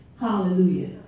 hallelujah